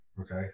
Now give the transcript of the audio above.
okay